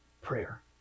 Prayer